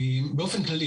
באופן כללי,